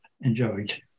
enjoyed